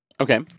Okay